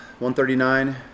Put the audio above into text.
139